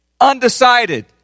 undecided